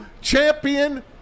champion